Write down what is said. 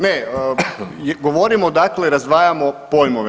Ne, govorimo dakle razdvajamo pojmove.